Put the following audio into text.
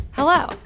Hello